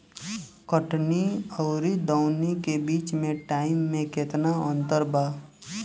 कटनी आउर दऊनी के बीच के टाइम मे केतना अंतर जरूरी बा?